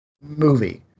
movie